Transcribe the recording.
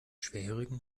schwerhörigen